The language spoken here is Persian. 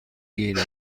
گیرم